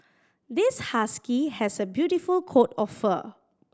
this husky has a beautiful coat of fur